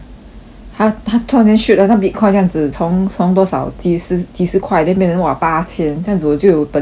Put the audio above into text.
它它突然间 shoot 好像 bitcoin 这样子从从多少几十几十块 then 变成 !wah! 八千这样子我就有本钱 liao mah